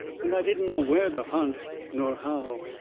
and i didn't know where to hunt nor how.